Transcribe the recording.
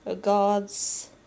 God's